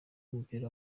b’umupira